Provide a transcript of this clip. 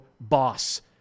boss